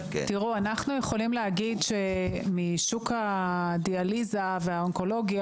אנחנו יכולים להגיד שמשוק הדיאליזה והאונקולוגיה